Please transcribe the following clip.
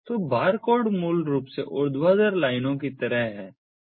तो बारकोड मूल रूप से ऊर्ध्वाधर लाइनों की तरह है ठीक है